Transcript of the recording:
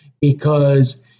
because-